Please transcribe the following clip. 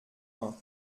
vingt